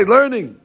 Learning